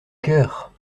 cœur